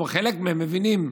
לפחות חלק מהן מבינות,